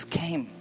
came